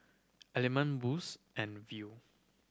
Element Boost and Viu